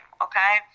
okay